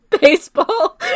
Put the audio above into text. baseball